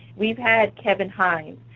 we've had kevin hines.